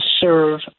serve